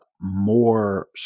more